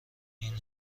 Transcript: این